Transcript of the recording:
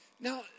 Now